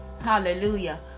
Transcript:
Hallelujah